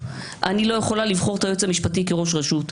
אני לא יכולה לבחור את היועץ המשפטי כראש רשות,